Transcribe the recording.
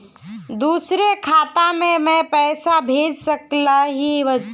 दुसरे खाता मैं पैसा भेज सकलीवह?